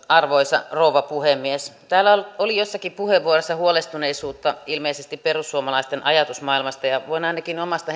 arvoisa rouva puhemies täällä oli jossakin puheenvuorossa huolestuneisuutta ilmeisesti perussuomalaisten ajatusmaailmasta ja voin ainakin omasta